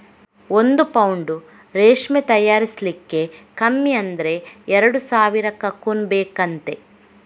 ಒಂದು ಪೌಂಡು ರೇಷ್ಮೆ ತಯಾರಿಸ್ಲಿಕ್ಕೆ ಕಮ್ಮಿ ಅಂದ್ರೆ ಎರಡು ಸಾವಿರ ಕಕೂನ್ ಬೇಕಂತೆ